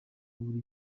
buri